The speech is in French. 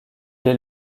est